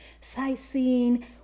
sightseeing